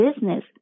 business